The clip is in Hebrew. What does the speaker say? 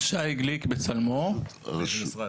הרשות --- באיזה משרד?